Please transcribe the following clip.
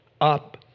up